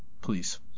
please